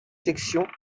sections